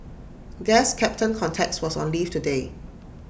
guess captain context was on leave today